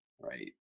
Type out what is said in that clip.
Right